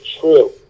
true